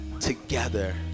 together